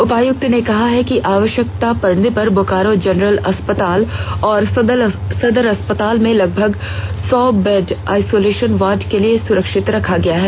उपायुक्त ने कहा है कि आवश्यकता पड़ने पर बोकारो जनरल अस्पताल और सदर अस्पताल में लगभग सौ बेड आइसोलेशन वार्ड के लिए सुरक्षित रखा गया है